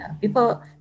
people